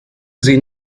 sie